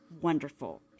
wonderful